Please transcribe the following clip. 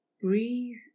Breathe